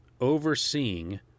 overseeing